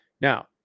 Now